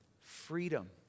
Freedom